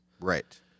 Right